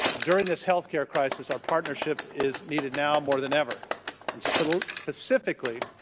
during this health care crisis, our partnership is needed now more than ever and so but ah specifically,